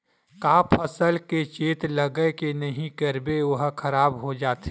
का फसल के चेत लगय के नहीं करबे ओहा खराब हो जाथे?